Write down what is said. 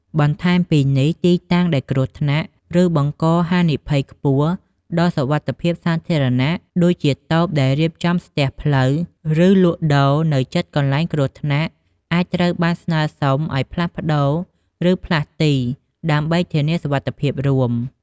បន្ថែមពីនេះ ទីតាំងដែលគ្រោះថ្នាក់ ឬបង្កហានិភ័យខ្ពស់ដល់សុវត្ថិភាពសាធារណៈ ដូចជាតូបដែលរៀបចំស្ទះផ្លូវ ឬលក់ដូរនៅជិតកន្លែងគ្រោះថ្នាក់ អាចត្រូវបានស្នើសុំឱ្យ ផ្លាស់ប្តូរ ឬ ផ្លាស់ទី ដើម្បីធានាសុវត្ថិភាពរួម។